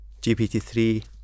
GPT-3